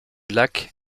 lac